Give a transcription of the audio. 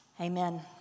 Amen